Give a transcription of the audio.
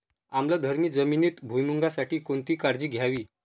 आम्लधर्मी जमिनीत भुईमूगासाठी कोणती काळजी घ्यावी?